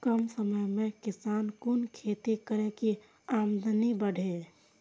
कम समय में किसान कुन खैती करै की आमदनी बढ़े?